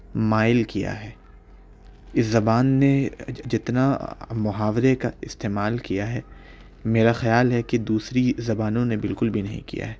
مائل کیا ہے اس زبان نے جتنا محاورے کا استعمال کیا ہے میرا خیال ہے کہ دوسری زبانوں نے بالکل بھی نہیں کیا ہے